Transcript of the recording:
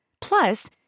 Plus